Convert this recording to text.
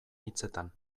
hitzetan